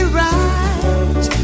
right